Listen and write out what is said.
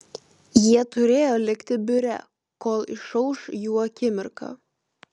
jie turėjo likti biure kol išauš jų akimirka